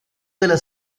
della